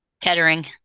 Kettering